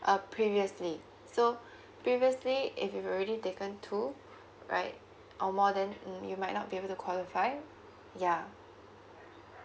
uh previously so previously if you've already taken two right or more then you might not be able to qualify yeah